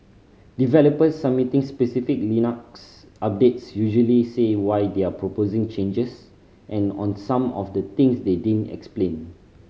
developers submitting specific Linux updates usually say why they're proposing changes and on some of the things they didn't explain